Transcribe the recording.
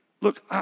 Look